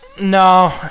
No